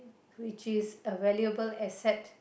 which is a valuable asset